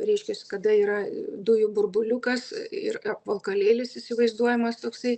reiškias kada yra dujų burbuliukas ir apvalkalėlis įsivaizduojamas toksai